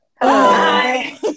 Hi